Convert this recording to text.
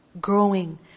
growing